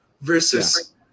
versus